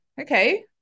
okay